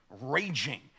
Raging